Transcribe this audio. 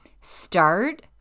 Start